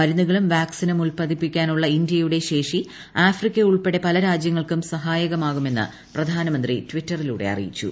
മരുന്നുകളും വാക്സിനും ഉല്പാദിപ്പിക്കാനുള്ള ഇന്ത്യയുടെ ശേഷി ആഫ്രിക്കയിലെ ഉൾപ്പെടെ പല രാജ്യങ്ങൾക്കും സഹായകമാകുമെന്ന് പ്രധാനമന്ത്രി ട്വിറ്ററിലൂടെ അറിയിച്ചു